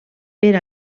per